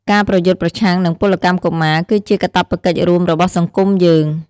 ការប្រយុទ្ធប្រឆាំងនឹងពលកម្មកុមារ គឺជាកាតព្វកិច្ចរួមរបស់សង្គមយើង។